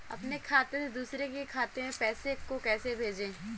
अपने खाते से दूसरे के खाते में पैसे को कैसे भेजे?